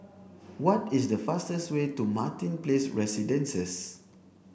what is the fastest way to Martin Place Residences